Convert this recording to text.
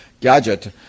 gadget